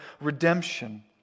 redemption